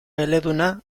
eleduna